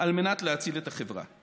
על מנת להציל את החברה.